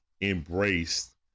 embraced